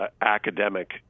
academic